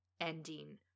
ending